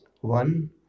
one